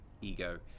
ego